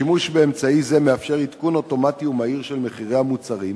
השימוש באמצעי זה מאפשר עדכון אוטומטי ומהיר של מחירי המוצרים,